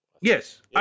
Yes